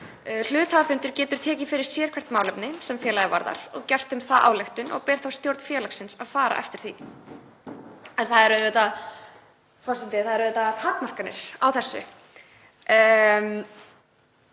Hluthafafundur getur tekið fyrir sérhvert málefni sem félagið varðar og gert um það ályktun og ber þá stjórn félagsins að fara eftir því.“ En það eru auðvitað, forseti, takmarkanir á þessu.